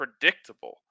predictable